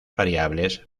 variables